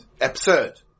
Absurd